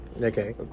Okay